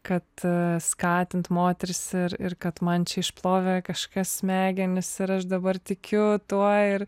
kad skatint moteris ir ir kad man čia išplovė kažkas smegenis ir aš dabar tikiu tuo ir